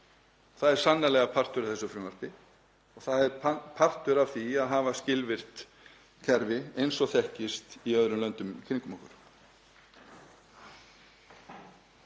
Það er sannarlega partur af þessu frumvarpi. Það er partur af því að hafa skilvirkt kerfi eins og þekkist í öðrum löndum í kringum okkur.